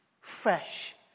fresh